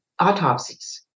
autopsies